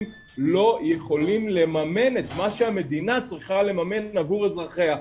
לא יכולים לממן את מה שהמדינה צריכה לממן עבור אזרחיה.